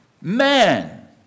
man